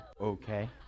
okay